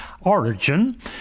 origin